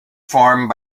formed